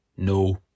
No